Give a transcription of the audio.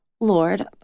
lord